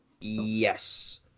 Yes